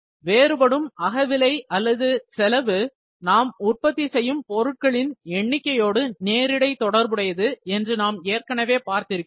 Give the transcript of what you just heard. வேறுபடும் அகவிலை அல்லது செலவு நாம் உற்பத்தி செய்யும் பொருட்களின் எண்ணிக்கையோடு நேரிடை தொடர்புடையது என்று நாம் ஏற்கனவே பார்த்திருக்கிறோம்